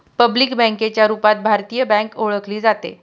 public बँकेच्या रूपात भारतीय बँक ओळखली जाते